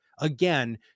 again